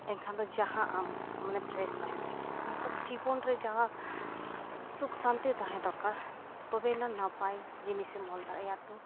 ᱮᱱᱠᱷᱟᱱ ᱫᱚ ᱡᱟᱦᱟᱸ ᱟᱢ ᱢᱟᱱᱮ ᱯᱷᱨᱮᱥ ᱛᱟᱦᱮᱸ ᱫᱚᱨᱠᱟᱨ ᱢᱚᱛᱞᱚᱵᱽ ᱡᱤᱵᱚᱱ ᱨᱮ ᱡᱟᱦᱟᱸ ᱥᱩᱠ ᱥᱟᱱᱛᱤ ᱛᱟᱦᱮᱸ ᱫᱚᱨᱠᱟᱨ ᱛᱚᱵᱮᱭᱮᱱᱟ ᱱᱟᱯᱟᱭ ᱡᱤᱱᱤᱥᱮᱢ ᱚᱞ ᱫᱟᱲᱮᱭᱟᱜᱼᱟ ᱛᱚ